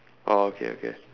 oh okay okay